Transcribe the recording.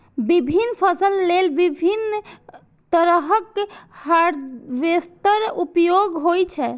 विभिन्न फसल लेल विभिन्न तरहक हार्वेस्टर उपयोग होइ छै